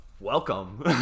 Welcome